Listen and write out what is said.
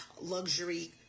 luxury